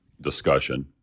discussion